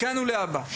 מכאן ולהבא.